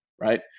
Right